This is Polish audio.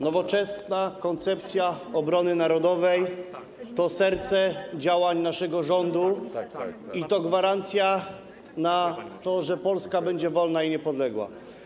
Nowoczesna koncepcja obrony narodowej to serce działań naszego rządu i to gwarancja tego, że Polska będzie wolna i niepodległa.